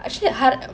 actually ha~